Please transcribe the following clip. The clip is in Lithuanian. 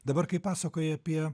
dabar kai pasakojai apie